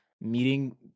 meeting